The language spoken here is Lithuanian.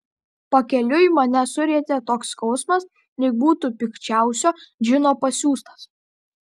pakeliui mane surietė toks skausmas lyg būtų pikčiausio džino pasiųstas